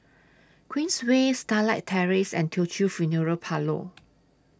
Queensway Starlight Terrace and Teochew Funeral Parlour